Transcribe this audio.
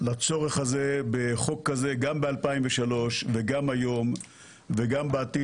לצורך הזה בחוק כזה גם ב-2003, גם היום וגם בעתיד.